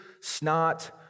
snot